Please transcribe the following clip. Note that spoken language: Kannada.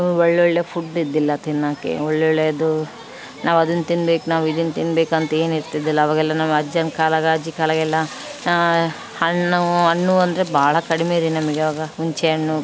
ಒಳ್ಳೊಳ್ಳೆ ಫುಡ್ ಇದ್ದಿಲ್ಲ ತಿನ್ನೊಕೆ ಒಳ್ಳೋಳ್ಳೆದು ನಾವು ಅದನ್ನು ತಿನ್ಬೇಕು ನಾವು ಇದನ್ನು ತಿನ್ಬೇಕು ಅಂತ ಏನು ಇರ್ತಿದ್ದಿಲ್ಲ ಅವಾಗೆಲ್ಲ ನಾವು ಅಜ್ಜನ ಕಾಲಾಗ ಅಜ್ಜಿ ಕಾಲಾಗೆಲ್ಲ ಹಣ್ಣು ಹಣ್ಣು ಅಂದರೆ ಭಾಳ ಕಡಿಮೆ ರೀ ನಮಗೆ ಅವಾಗ ಹುಂಚೆ ಹಣ್ಣು